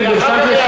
אם יש לך שאלה,